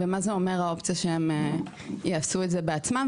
מה זה אומר "האופציה שהצדדים יעשו את זה בעצמם"?